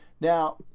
Now